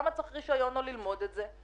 למה צריך רישיון או ללמוד את זה?